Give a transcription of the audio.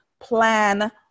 plan